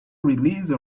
released